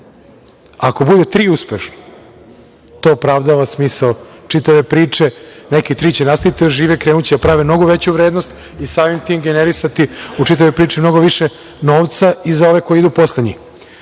Ako bude tri uspešna to opravdava smisao čitave priče, neka tri će nastaviti da žive, krenuće da prave mnogo veće vrednosti i samim tim generisati u čitavoj priči mnogo više novca i za ove koji idu poslednji. Druga